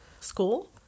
School